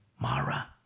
Mara